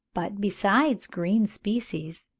but besides green species,